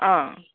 অঁ